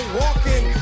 walking